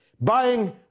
buying